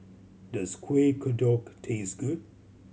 does Kueh Kodok taste good